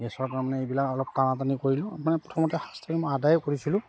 গেছৰ তাৰমানে এইবিলাক অলপ টনা টনি কৰিলোঁ মানে প্ৰথমতে ফাষ্ট টাইম মই আদায়ে কৰিছিলোঁ